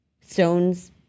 stones